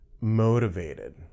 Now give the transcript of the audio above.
motivated